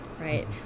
Right